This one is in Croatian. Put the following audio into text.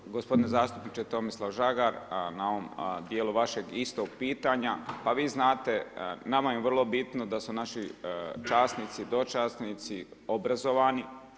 Hvala gospodine zastupniče Tomislav Žagar na ovom dijelu vašeg istog pitanja. pa vi znate nama je vrlo bitno da su naši časnici, dočasnici obrazovani.